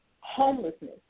homelessness